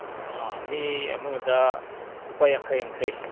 ꯑꯥ ꯃꯤ ꯑꯃꯗ ꯂꯨꯄꯥ ꯌꯥꯡꯈꯩ ꯌꯥꯡꯈꯩ